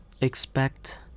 expect